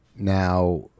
Now